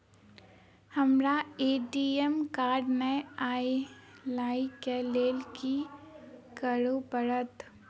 हमरा ATM card नै अई लई केँ लेल की करऽ पड़त?